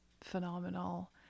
phenomenal